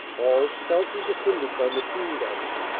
all stoutly defended by machine-guns,